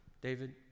David